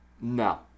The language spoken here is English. no